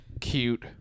cute